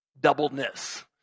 Doubledness